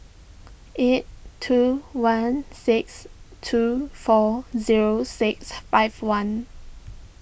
eight two one six two four zero six five one